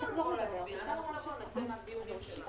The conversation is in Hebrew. לגבי פעילות של מיסיון,